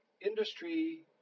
industry